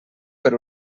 per